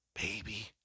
Baby